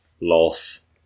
loss